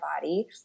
body